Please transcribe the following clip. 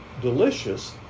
delicious